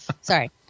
sorry